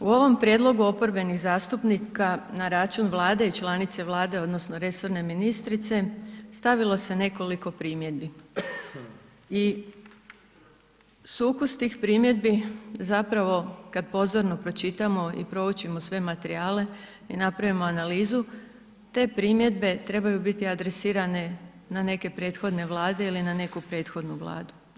U ovom prijedlogu oporbenih zastupnika na račun Vlade i članice Vlade, odnosno resorne ministrice, stavilo se nekoliko primjedbi i sukus tim primjedbi, zapravo, kad pozorno pročitamo i proučimo sve materijale i napravimo analizu, te primjedbe trebaju biti adresirane na neke prethodne Vlade ili na neku prethodnu Vladu.